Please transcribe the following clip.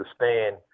understand